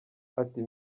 ati